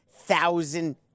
thousand